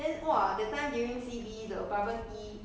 !wah! 这样厉害 ah